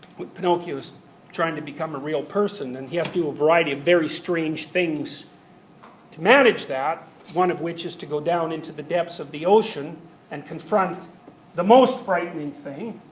pinocchio's trying to become a real person. and he has to do a variety of very strange things to manage that, one of which is to go down into the depths of the ocean and confront the most frightening thing,